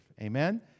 Amen